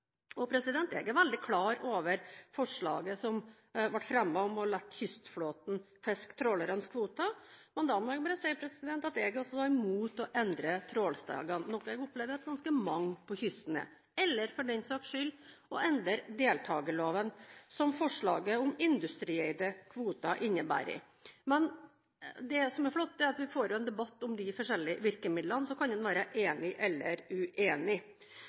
Jeg er veldig klar over forslaget som ble fremmet om å la kystflåten fiske trålernes kvote, men da må jeg bare si at jeg er imot å endre trålstigen, noe jeg opplever at ganske mange på kysten er, eller for den saks skyld å endre deltakerloven, som forslaget om industrieide kvoter innebærer. Men det som er flott, er at vi får en debatt om de forskjellige virkemidlene, og så kan en være enig eller uenig.